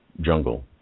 jungle